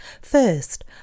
First